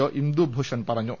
O Indubhushan പറഞ്ഞു